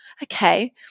okay